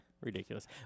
ridiculous